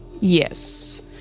Yes